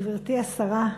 גברתי השרה,